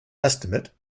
estimate